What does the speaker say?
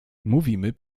mówimy